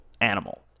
animal